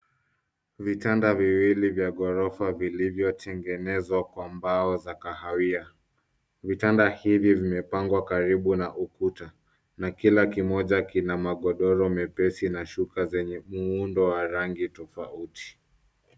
Vitanda viwili vya ghorofa, vilivyotengenezwa kwa mbao za kahawia. Vitanda hivi vimepangwa karibu na ukuta, na kila kimoja kina magodoro mepesi na shuka zenye muundo wa rangi tofauti.